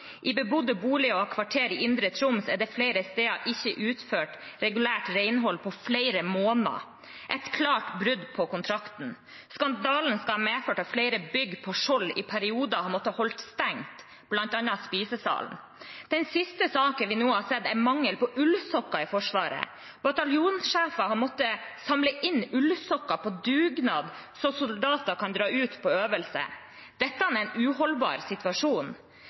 I bebodde boliger og kvarter i Indre Troms er det flere steder ikke utført regulært renhold på flere måneder – et klart brudd på kontrakten. Skandalen skal ha medført at flere bygg på Skjold i perioder har måttet holde stengt, bl.a. spisesalen. Den siste saken vi nå har sett, er mangelen på ullsokker i Forsvaret. Bataljonssjefer har måttet samle inn ullsokker på dugnad slik at soldater kan dra ut på øvelse. Dette er en uholdbar situasjon.